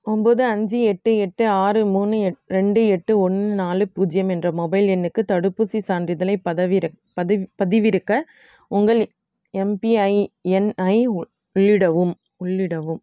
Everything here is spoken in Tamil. ஒம்பது அஞ்சு எட்டு எட்டு ஆறு மூணு எட் ரெண்டு எட்டு ஒன்று நாலு பூஜ்ஜியம் என்ற மொபைல் எண்ணுக்கு தடுப்பூசிச் சான்றிதழைப் பதவிறக் பதி பதிவிறக்க உங்கள் எம்பிஐஎன்ஐ உ உள்ளிடவும் உள்ளிடவும்